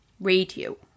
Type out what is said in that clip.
radio